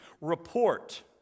report